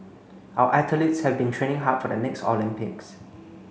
our athletes have been training hard for the next Olympics